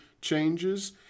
changes